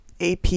AP